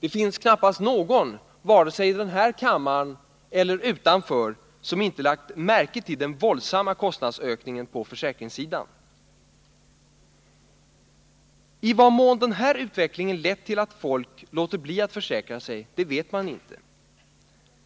Det finns knappast någon, vare sig i denna kammare eller utanför den, som inte lagt märke till den våldsamma kostnadsökningen på försäkringssidan. I vad mån den här utvecklingen lett till att folk låter bli att försäkra sig vet man inte.